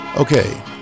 Okay